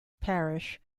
parish